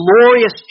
glorious